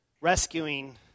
rescuing